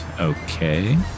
Okay